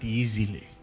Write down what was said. easily